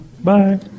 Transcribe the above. Bye